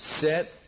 Set